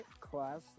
class